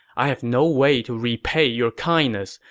i have no way to repay your kindness,